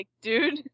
dude